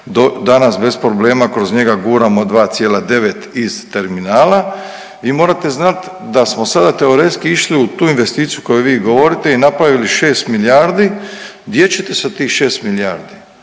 Danas bez problema kroz njega guramo 2,9 iz terminala. I morate znati da smo sada teoretski išli u tu investiciju o kojoj vi govorite i napravili 6 milijardi. Gdje ćete sa tih 6 milijardi?